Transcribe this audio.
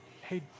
Hey